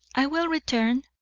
i will return,